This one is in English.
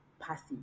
passive